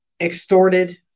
extorted